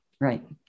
Right